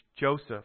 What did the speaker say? Joseph